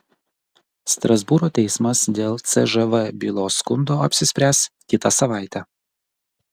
strasbūro teismas dėl cžv bylos skundo apsispręs kitą savaitę